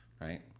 right